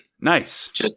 Nice